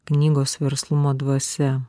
knygos verslumo dvasia